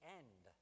end